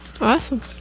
Awesome